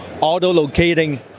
auto-locating